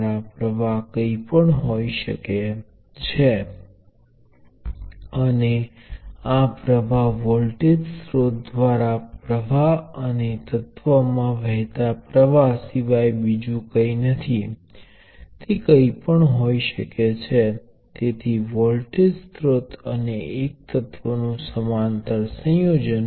તો મારી પાસે મૂળની નજીકથી પસાર થતી આડી રેખા હશે જે I 0 ની બરાબર છે તેથી તે શૂન્ય મૂલ્ય ધરાવતું પ્ર્વાહ સ્રોત છે જે અનંત મૂલ્યવાન અવરોધ અથવા શૂન્ય મૂલ્યવાન પ્ર્વાહ ને સમાન છે